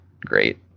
great